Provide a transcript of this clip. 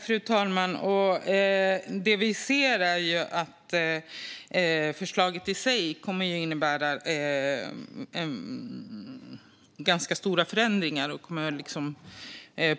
Fru talman! Det vi ser är att förslaget i sig kommer att innebära ganska stora förändringar och